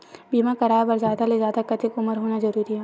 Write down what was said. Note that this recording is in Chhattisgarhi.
बीमा कराय बर जादा ले जादा कतेक उमर होना जरूरी हवय?